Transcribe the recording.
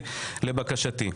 הכנסת.